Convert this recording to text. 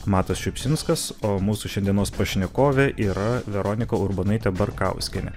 matas šiupšinskas o mūsų šiandienos pašnekovė yra veronika urbonaitė barkauskienė